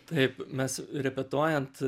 taip mes repetuojant